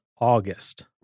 August